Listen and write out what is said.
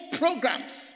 programs